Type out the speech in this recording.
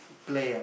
play ah